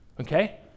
okay